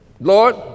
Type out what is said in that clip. Lord